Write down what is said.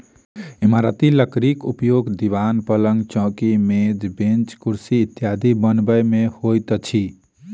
इमारती लकड़ीक उपयोग दिवान, पलंग, चौकी, मेज, बेंच, कुर्सी इत्यादि बनबय मे होइत अछि